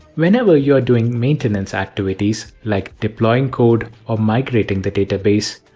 whenever you are doing maintenance activities like deploying code or migrating the database,